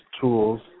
tools